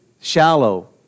shallow